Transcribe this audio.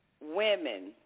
women